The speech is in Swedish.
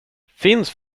finns